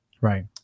Right